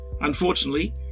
unfortunately